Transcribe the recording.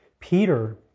Peter